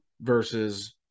versus